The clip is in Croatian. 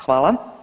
Hvala.